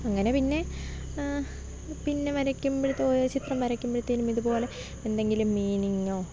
അങ്ങനെ പിന്നെ പിന്നെ വരക്കുമ്പോൾ തോന്നി ചിത്രം വരക്കുമ്പോഴത്തേനും ഇതുപോലെ എന്തെങ്കിലും മീനിങ്ങോ